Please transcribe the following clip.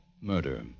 murder